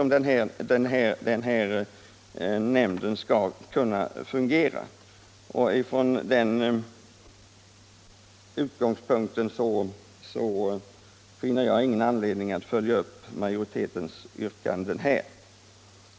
om nämnden skall kunna fungera, och från den utgångspunkten finner jag ytterligare betänkligheter mot att följa upp majoritetens yrkanden här.